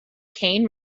cane